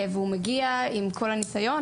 והוא מגיע עם כל הניסיון,